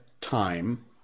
time